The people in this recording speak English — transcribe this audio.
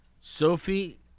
Sophie